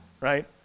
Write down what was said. right